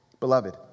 Beloved